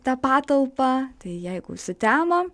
tą patalpą tai jeigu sutemo